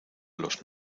los